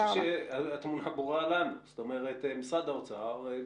משרד האוצר,